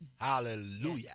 Hallelujah